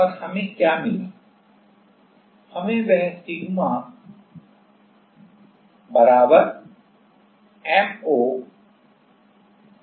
तो M0zY जहां M0 घूर्णन था और z तटस्थ अक्ष से विक्षेपण था